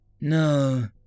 No